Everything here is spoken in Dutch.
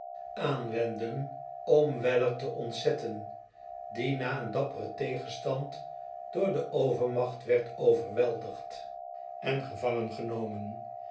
aanwendden om weller te ontzetten die na een dapperen tegenstand door de overmacht werd overweldigd en